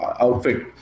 outfit